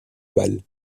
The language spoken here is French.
balle